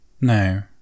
No